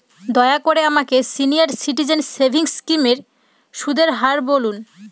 দয়া করে আমাকে সিনিয়র সিটিজেন সেভিংস স্কিমের সুদের হার বলুন